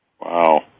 Wow